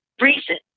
Recent